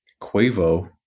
Quavo